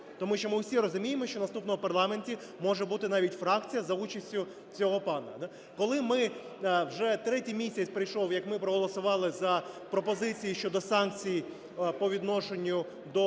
тому що ми всі розуміємо, що в наступному парламенті може бути навіть фракція за участю цього пана, да. Коли ми… вже третій місяць пройшов як ми проголосували за пропозиції щодо санкцій по відношенню до